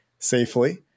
safely